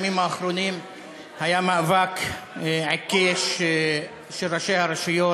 בימים האחרונים היה מאבק עיקש של ראשי הרשויות,